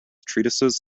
treatises